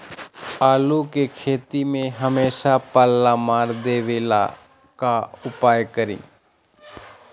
आलू के खेती में हमेसा पल्ला मार देवे ला का उपाय करी?